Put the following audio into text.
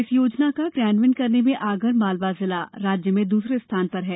इस योजना का कियान्वयन करने में आगर मालवा जिला राज्य में दूसरे स्थान पर है